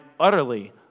Utterly